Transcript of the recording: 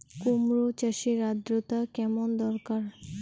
কুমড়ো চাষের আর্দ্রতা কেমন দরকার?